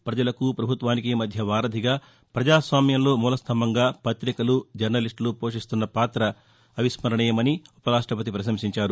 పజలకు పభుత్వానికి మధ్య వారథిగా ప్రజాస్వామ్యంలో మూలస్తంభంగా పుతికలు జర్నలిస్టులు పోషిస్తున్న పాత అవిస్మరణీయమని ఉపరాష్టపతి ప్రశంసించారు